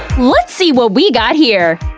let's see what we got here,